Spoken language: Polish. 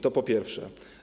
To po pierwsze.